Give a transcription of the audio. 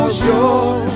sure